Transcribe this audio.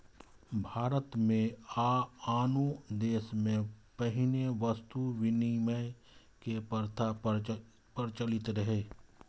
भारत मे आ आनो देश मे पहिने वस्तु विनिमय के प्रथा प्रचलित रहै